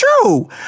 True